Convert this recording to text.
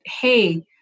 hey